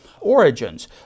origins